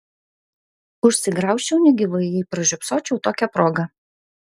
užsigraužčiau negyvai jei pražiopsočiau tokią progą